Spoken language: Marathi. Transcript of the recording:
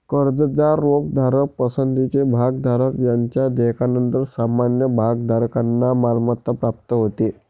कर्जदार, रोखेधारक, पसंतीचे भागधारक यांच्या देयकानंतर सामान्य भागधारकांना मालमत्ता प्राप्त होते